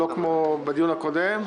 לא כמו בדיון הקודם.